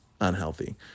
unhealthy